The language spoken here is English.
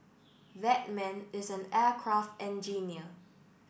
that man is an aircraft engineer